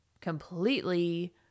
completely